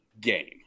game